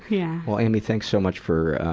yeah. well, amy, thanks so much for, ah,